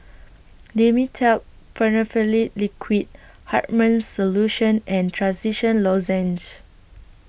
Dimetapp Phenylephrine Liquid Hartman's Solution and Trachisan Lozenges